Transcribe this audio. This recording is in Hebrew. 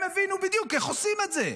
הם הבינו בדיוק איך עושים את זה.